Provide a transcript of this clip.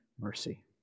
mercy